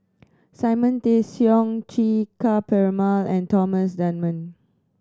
Simon Tay Seong Chee Ka Perumal and Thomas Dunman